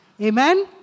Amen